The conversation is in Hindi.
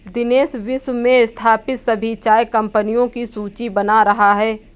दिनेश विश्व में स्थापित सभी चाय कंपनियों की सूची बना रहा है